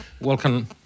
Welcome